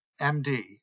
MD